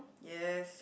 yes